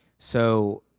so,